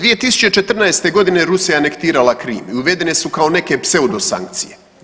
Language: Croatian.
2014. godine Rusija je anektirala Krim i uvedene su kao neke pseudosankcije.